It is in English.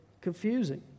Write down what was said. confusing